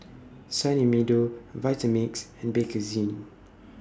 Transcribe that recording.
Sunny Meadow Vitamix and Bakerzin